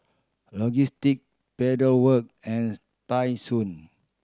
Logistic Pedal Work and Tai Sun